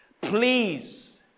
please